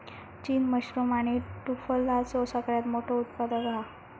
चीन मशरूम आणि टुफलाचो सगळ्यात मोठो उत्पादक हा